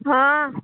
हँ